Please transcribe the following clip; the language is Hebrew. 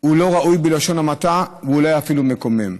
לא ראויה בלשון המעטה, ואולי אפילו מקוממת.